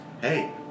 hey